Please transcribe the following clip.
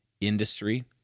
industry